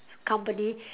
company